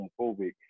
homophobic